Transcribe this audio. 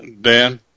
Dan